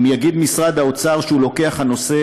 אם יגיד משרד האוצר שהוא לוקח את הנושא